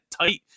tight